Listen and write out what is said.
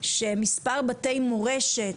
שמספר בתי מורשת